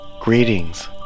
Greetings